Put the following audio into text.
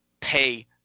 pay